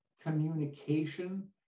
communication